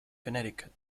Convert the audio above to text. connecticut